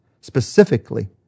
specifically